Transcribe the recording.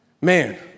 man